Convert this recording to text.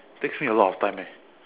takes me a lot of time eh